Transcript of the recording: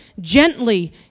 gently